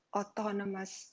autonomous